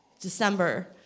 December